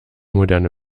moderne